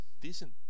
decent